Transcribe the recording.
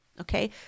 okay